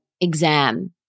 exam